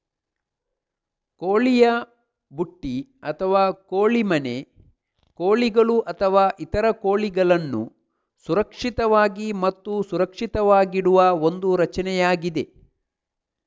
ಕೋಳಿಯ ಬುಟ್ಟಿ ಅಥವಾ ಕೋಳಿ ಮನೆ ಕೋಳಿಗಳು ಅಥವಾ ಇತರ ಕೋಳಿಗಳನ್ನು ಸುರಕ್ಷಿತವಾಗಿ ಮತ್ತು ಸುರಕ್ಷಿತವಾಗಿಡುವ ಒಂದು ರಚನೆಯಾಗಿದೆ